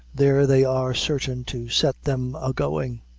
there they are certain to set them agoing.